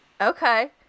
Okay